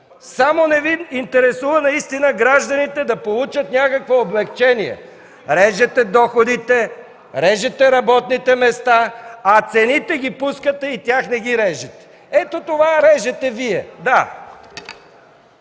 Само не Ви интересува гражданите да получат някакво облекчение! Режете доходите, режете работните места, а цените ги пускате – тях не ги режете! Ето това режете Вие,